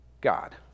God